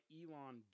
Elon